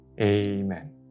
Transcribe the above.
Amen